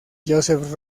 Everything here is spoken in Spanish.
joseph